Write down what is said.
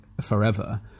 forever